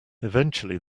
eventually